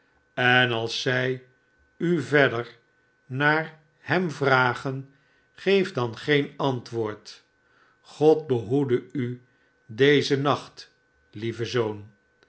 en als zij u verder naar hemvragen geef dan geen antwoord god behoede u dezen nacht lieve zoon